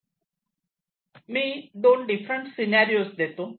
मी दोन different scenario देतो